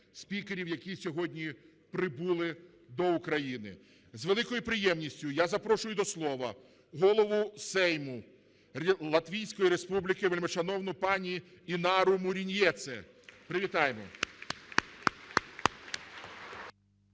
спікерів, які сьогодні прибули до України. З великою приємністю я запрошую до слова Голову Сейму Латвійської Республіки вельмишановну пані Інару Мурнієце. Привітаймо.